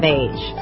age